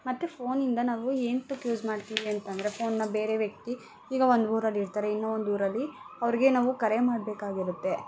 ಮತ್ತೆ ಫೋನಿಂದ ನಾವು ಏತಕ್ಕೆ ಯೂಸ್ ಮಾಡ್ತೀವಿ ಅಂತಂದರೆ ಫೋನ್ನ ಬೇರೆ ವ್ಯಕ್ತಿ ಈಗ ಒಂದು ಊರಲ್ಲಿರ್ತಾರೆ ಇನ್ನೊಂದು ಊರಲ್ಲಿ ಅವ್ರಿಗೆ ನಾವು ಕರೆ ಮಾಡ್ಬೇಕಾಗಿರುತ್ತೆ